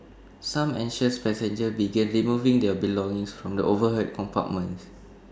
some anxious passengers began removing their belongings from the overhead compartments